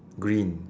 green